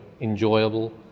enjoyable